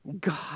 God